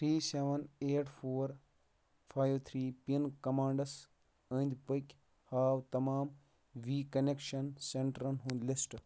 three seven eight four five three pin commands أنٛدۍ پٔکۍ ہاو تَمام وی کَنٮ۪کشَن سٮ۪نٹرٛن ہُنٛد لِسٹ